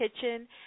Kitchen